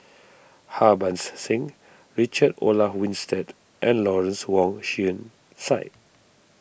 Harbans Singh Richard Olaf Winstedt and Lawrence Wong Shyun Tsai